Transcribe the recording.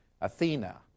Athena